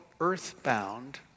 earthbound